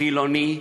חילוני,